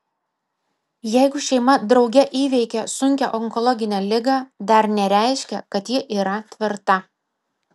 jeigu šeima drauge įveikė sunkią onkologinę ligą dar nereiškia kad ji yra tvirta